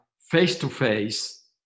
face-to-face